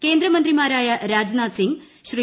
കേന്ദ്രമന്ത്രിമാരായ രാജ്നാഥ് സിംഗ് ശ്രീ